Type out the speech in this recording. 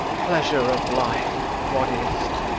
pleasure of life, what is t?